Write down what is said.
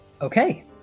Okay